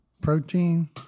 protein